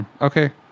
Okay